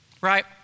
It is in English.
right